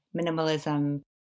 minimalism